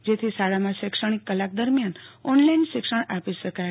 જેથી શાળામાં શૈક્ષણિક કલાક દરમ્યાન ઓનલાઈન શિક્ષણ આપી શકાય